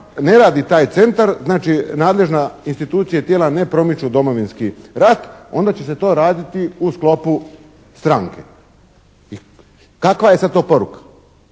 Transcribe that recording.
ne radi taj centar, znači nadležna institucija i tijela ne promiču Domovinski rat onda će se to raditi u sklopu stranke. I kakva je sad to poruka?